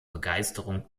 begeisterung